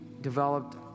developed